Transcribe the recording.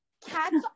Cats